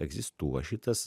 egzistuos šitas